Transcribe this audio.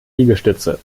liegestütze